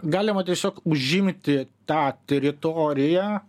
galima tiesiog užimti tą teritoriją